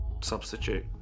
substitute